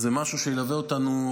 זה משהו שילווה אותנו,